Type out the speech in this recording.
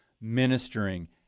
ministering